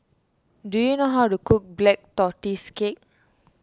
do you know how to cook Black Tortoise Cake